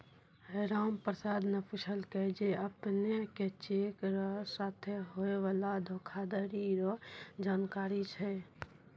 रामप्रसाद न पूछलकै जे अपने के चेक र साथे होय वाला धोखाधरी रो जानकारी छै?